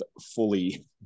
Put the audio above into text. fully